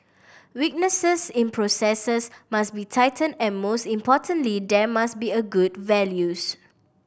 weaknesses in processes must be tightened and most importantly there must be a good values